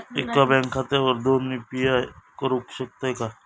एका बँक खात्यावर दोन यू.पी.आय करुक शकतय काय?